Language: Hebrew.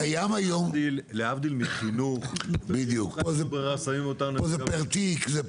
להבדיל מחינוך -- בדיוק, פה זה פר תיק.